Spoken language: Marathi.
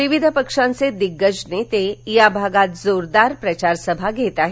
विविध पक्षांचे दिग्गज नेते या भागात जोरदार प्रचार सभा घेत आहेत